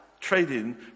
trading